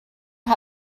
how